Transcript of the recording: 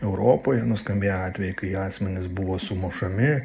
europoj nuskambėję atvejai kai asmenys buvo sumušami